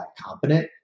competent